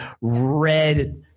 red